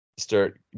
start